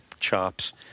chops